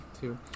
two